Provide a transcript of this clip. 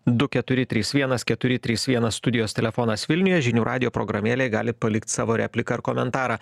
du keturi trys vienas keturi trys vienas studijos telefonas vilniuje žinių radijo programėlėj galit palikt savo repliką ar komentarą